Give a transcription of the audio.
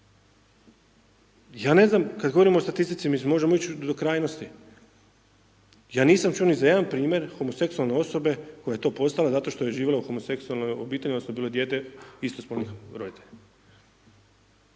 Ja ne znam kad govorimo o statistici, mislim možemo ići do krajnosti, ja nisam čuo ni za jedan primjer homoseksualne osobe koja je to postala zato sto je živjela u homoseksualnoj obitelji odnosno bila dijete istospolnih roditelja.